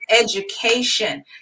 education